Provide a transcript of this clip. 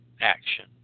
action